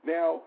Now